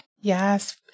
Yes